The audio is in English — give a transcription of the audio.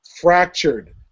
Fractured